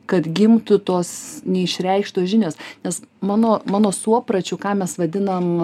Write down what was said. kad gimtų tos neišreikštos žinios nes mano mano suopračiu ką mes vadinam